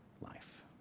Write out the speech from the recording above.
life